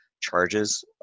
charges